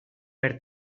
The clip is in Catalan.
per